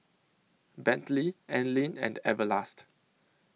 Bentley Anlene and Everlast